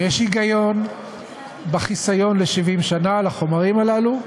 אם יש היגיון בחיסיון ל-70 שנה על החומרים הללו,